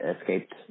escaped